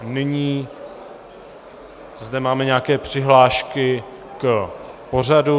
A nyní zde máme nějaké přihlášky k pořadu.